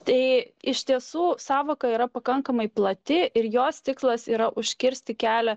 tai iš tiesų sąvoka yra pakankamai plati ir jos tikslas yra užkirsti kelią